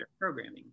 programming